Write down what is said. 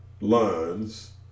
lines